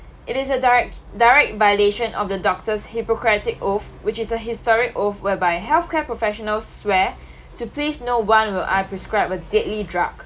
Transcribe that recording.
it is a direct direct violation of the doctor's hippocratic oath which is a historic oath whereby healthcare professionals swear to please no one will I prescribe a deadly drug